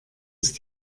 ist